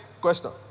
question